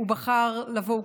הוא בחר לבוא.